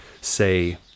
say